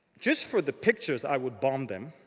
just for the pictures, i would bomb them.